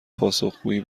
پاسخگویی